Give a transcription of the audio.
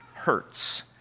hurts